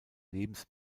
lebens